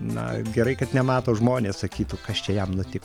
na gerai kad nemato žmonės sakytų kas čia jam nuti